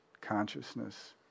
consciousness